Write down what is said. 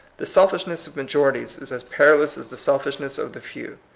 the selfishness of majorities is as perilous as the selfishness of the few.